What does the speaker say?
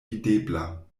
videbla